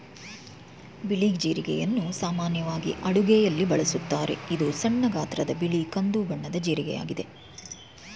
ಬಿಳಿ ಜೀರಿಗೆಯನ್ನು ಸಾಮಾನ್ಯವಾಗಿ ಅಡುಗೆಯಲ್ಲಿ ಬಳಸುತ್ತಾರೆ, ಇದು ಸಣ್ಣ ಗಾತ್ರದ ಬಿಳಿ ಕಂದು ಬಣ್ಣದ ಜೀರಿಗೆಯಾಗಿದೆ